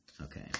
Okay